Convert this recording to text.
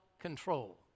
control